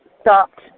stopped